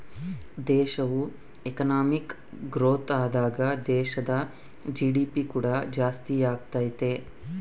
ದೇಶವು economic growth ಆದಾಗ ದೇಶದ ಜಿ.ಡಿ.ಪಿ ಕೂಡ ಜಾಸ್ತಿಯಾಗತೈತೆ